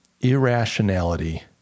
irrationality